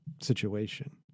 situation